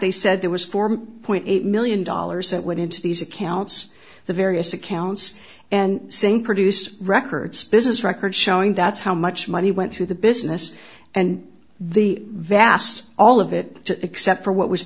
they said there was form point eight million dollars that went into these accounts the various accounts and same produced records business records showing that's how much money went through the business and the vast all of it except for what was